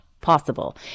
possible